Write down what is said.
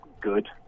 good